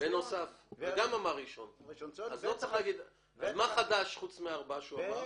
בנוסף לארבע שהוא אמר?